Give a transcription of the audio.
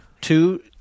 two